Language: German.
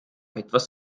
etwas